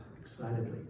excitedly